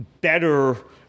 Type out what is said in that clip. better –